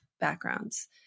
backgrounds